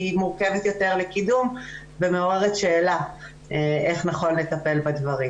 מורכבת יותר לקידום ומעוררת שאלה איך נכון לטפל בדברים.